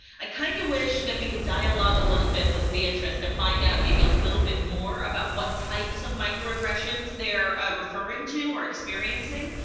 i kinda kind of wish that we could dialogue a little bit with beatrice to find out maybe a little bit more about what types of microaggressions they're referring to or experiencing.